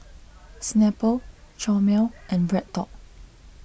Snapple Chomel and BreadTalk